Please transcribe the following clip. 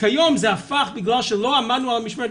כיום זה הפך בגלל שלא עמדנו על המשמרת,